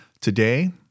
Today